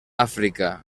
àfrica